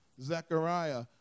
Zechariah